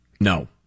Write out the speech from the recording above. No